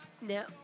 No